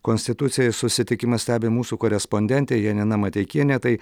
konstitucijai susitikimą stebi mūsų korespondentė janina mateikienė tai